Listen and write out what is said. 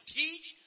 teach